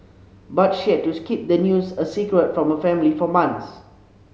but she had to keep the news a secret from her family for months